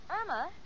Irma